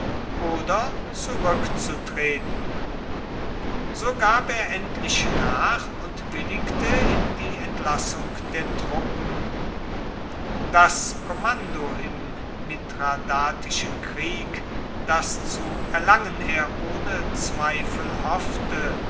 oder zurückzutreten so gab er endlich nach und willigte in die entlassung der truppen das kommando im mithradatischen krieg das zu erlangen er ohne zweifel hoffte